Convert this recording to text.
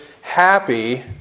happy